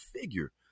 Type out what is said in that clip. figure